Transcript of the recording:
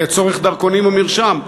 לצורך דרכונים ומרשם,